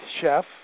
chef